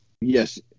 Yes